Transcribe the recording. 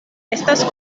estas